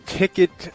ticket